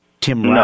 Tim